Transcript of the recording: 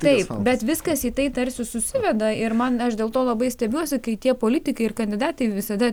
taip bet viskas į tai tarsi susiveda ir man aš dėl to labai stebiuosi kai tie politikai ir kandidatai visada